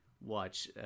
watch